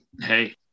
Hey